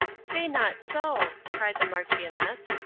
say not so, cried the marchioness.